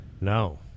No